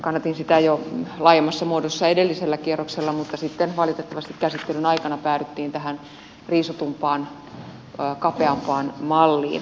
kannatin sitä jo laajemmassa muodossa edellisellä kierroksella mutta sitten valitettavasti käsittelyn aikana päädyttiin tähän riisutumpaan kapeampaan malliin